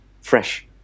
fresh